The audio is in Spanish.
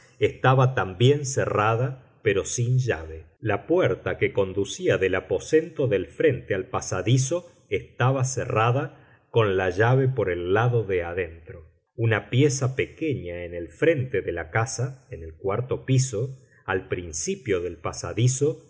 estaba también cerrada pero sin llave la puerta que conducía del aposento del frente al pasadizo estaba cerrada con la llave por el lado de adentro una pieza pequeña en el frente de la casa en el cuarto piso al principio del pasadizo